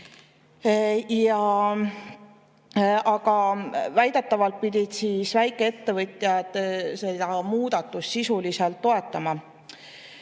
Aga väidetavalt pidid väikeettevõtjad seda muudatust sisuliselt toetama.